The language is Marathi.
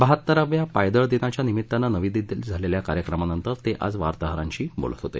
बहात्तराव्या पायदळ दिनाच्या निमित्तानं नवी दिल्लीत झालेल्या कार्यक्रमानंतर ते आज वार्ताहरांशी बोलत होते